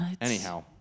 Anyhow